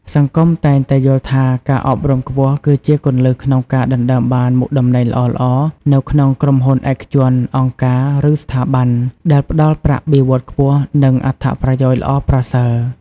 សង្គមតែងតែយល់ថា ការអប់រំខ្ពស់គឺជាគន្លឹះក្នុងការដណ្តើមបានមុខតំណែងល្អៗនៅក្នុងក្រុមហ៊ុនឯកជន អង្គការ ឬស្ថាប័នរដ្ឋ ដែលផ្តល់ប្រាក់បៀវត្សខ្ពស់ និងអត្ថប្រយោជន៍ល្អប្រសើរ។